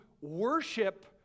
worship